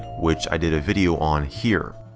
which i did a video on here.